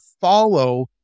follow